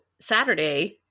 Saturday